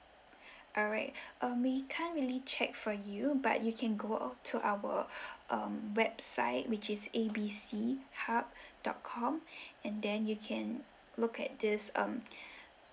alright um we can't really check for you but you can go on to our um website which is A B C hub dot com and then you can look at this um